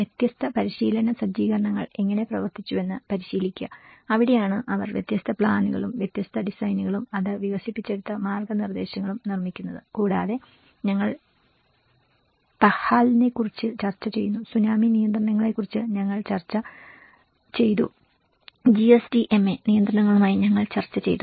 വ്യത്യസ്ത പരിശീലന സജ്ജീകരണങ്ങൾ എങ്ങനെ പ്രവർത്തിച്ചുവെന്ന് പരിശീലിക്കുക അവിടെയാണ് അവർ വ്യത്യസ്ത പ്ലാനുകളും വ്യത്യസ്ത ഡിസൈനുകളും അത് വികസിപ്പിച്ചെടുത്ത മാർഗ്ഗനിർദ്ദേശങ്ങളും നിർമ്മിക്കുന്നത് കൂടാതെ ഞങ്ങൾ PAHAL നെ കുറിച്ച് ചർച്ച ചെയ്തു സുനാമി നിയന്ത്രണങ്ങളെ കുറിച്ച് ഞങ്ങൾ ചർച്ച ചെയ്തു GSDMA നിയന്ത്രണങ്ങളുമായി ഞങ്ങൾ ചർച്ച ചെയ്തു